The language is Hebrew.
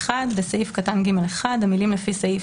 בסעיף קטן (ג)(1) המלים "לפי סעיף